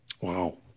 Wow